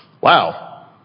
Wow